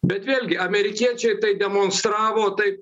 bet vėlgi amerikiečiai tai demonstravo tai